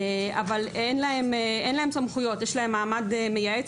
אבל אין להם סמכויות; יש להם מעמד מייעץ